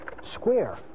square